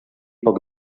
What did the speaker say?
poc